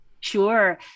Sure